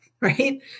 right